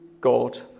God